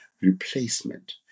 replacement